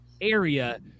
area